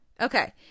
Okay